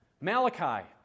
Malachi